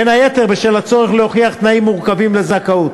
בין היתר בשל הצורך להוכיח תנאים מורכבים לקבלת הזכאות.